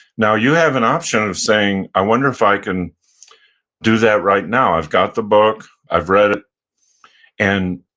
now, you have an option of saying, i wonder if i can do that right now? i've got the book. i've read it. and